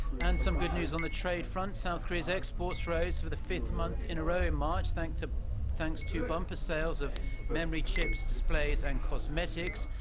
and some good news on the trade front. south korea's exports rose for the fifth month in a row in march thanks to thanks to bumper sales of memory chips, displays and cosmetics.